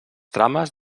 trames